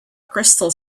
crystal